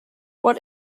what